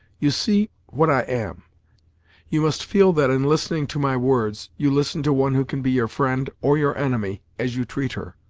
you see what i am you must feel that in listening to my words, you listen to one who can be your friend, or your enemy, as you treat her.